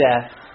death